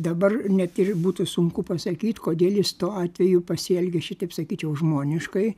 dabar net ir būtų sunku pasakyt kodėl jis tuo atveju pasielgė šitaip sakyčiau žmoniškai